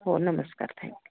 हो नमस्कार थँक्यू